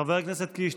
חבר הכנסת קיש,